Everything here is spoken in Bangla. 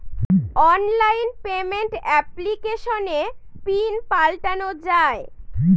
অনলাইন পেমেন্ট এপ্লিকেশনে পিন পাল্টানো যায়